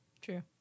True